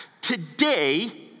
today